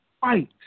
fight